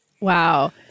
Wow